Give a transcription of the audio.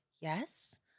Yes